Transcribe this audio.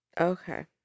Okay